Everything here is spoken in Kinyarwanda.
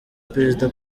perezida